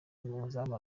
umuzamu